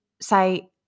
say